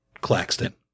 Claxton